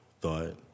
thought